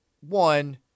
one